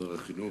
שר החינוך,